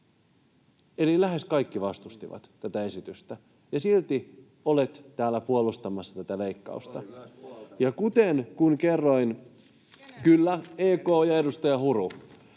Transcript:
Eli lähes kaikki vastustivat tätä esitystä, ja silti olet täällä puolustamassa tätä leikkausta. Kuten, kun kerroin... [Petri Hurun